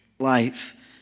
Life